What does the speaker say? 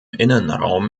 innenraum